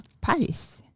Paris